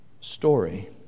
story